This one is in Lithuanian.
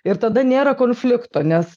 ir tada nėra konflikto nes